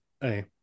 Hey